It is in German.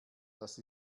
das